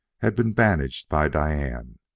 had been bandaged by diane.